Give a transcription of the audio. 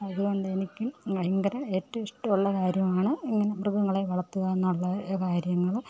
അതുകൊണ്ട് എനിക്ക് ഭയങ്കര ഏറ്റവും ഇഷ്ടം ഉള്ള കാര്യമാണ് ഇങ്ങനെ മൃഗങ്ങളെ വളര്ത്തുക എന്നുള്ള കാര്യങ്ങളും